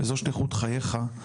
וזו שליחות חייך,